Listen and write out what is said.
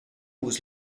was